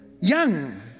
young